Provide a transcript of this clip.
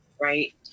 right